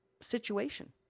situation